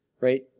right